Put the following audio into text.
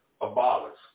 abolished